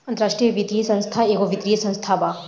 अन्तराष्ट्रिय वित्तीय संस्था एगो वित्तीय संस्था बा